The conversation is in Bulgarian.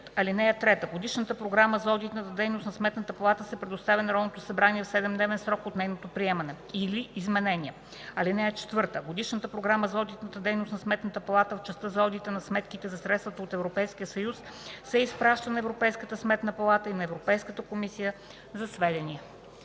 година. (3) Годишната програма за одитната дейност на Сметната палата се предоставя на Народното събрание в 7-дневен срок от нейното приемане или изменение. (4) Годишната програма за одитната дейност на Сметната палата в частта за одита на сметките за средствата от Европейския съюз се изпраща на Европейската сметна палата и на Европейската комисия за сведение.”